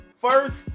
First